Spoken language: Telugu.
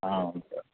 అవును సార్